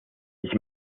ich